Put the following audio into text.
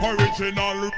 Original